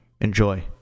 Enjoy